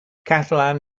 catalan